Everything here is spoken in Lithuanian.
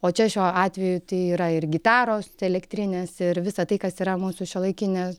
o čia šiuo atveju tai yra ir gitaros elektrinės ir visa tai kas yra mūsų šiuolaikinės